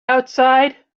outside